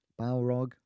Balrog